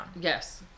Yes